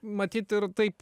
matyt ir taip